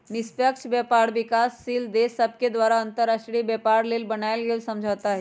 निष्पक्ष व्यापार विकासशील देश सभके द्वारा अंतर्राष्ट्रीय व्यापार लेल बनायल गेल समझौता हइ